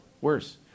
Worse